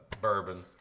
bourbon